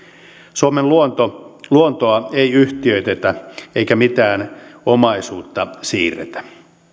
suomen luontoa ei yhtiöitetä eikä mitään omaisuutta siirretä